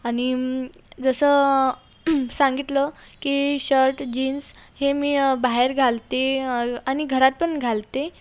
आणि जसं सांगितलं की शर्ट जीन्स हे मी बाहेर घालते आणि घरात पण घालते